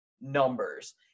Numbers